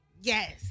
Yes